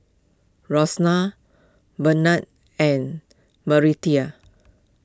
Burnell and Meredith